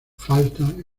falta